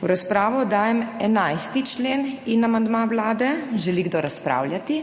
V razpravo dajem 11. člen in amandma Vlade. Želi kdo razpravljati?